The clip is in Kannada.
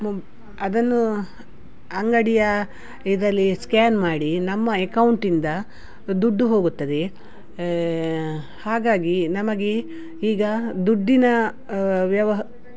ಮೊಬ್ ಅದನ್ನು ಅಂಗಡಿಯ ಇದ್ರಲ್ಲಿ ಸ್ಕ್ಯಾನ್ ಮಾಡಿ ನಮ್ಮ ಎಕೌಂಟಿಂದ ದುಡ್ಡು ಹೋಗುತ್ತದೆ ಹಾಗಾಗಿ ನಮಗೆ ಈಗ ದುಡ್ಡಿನ ವ್ಯವಹ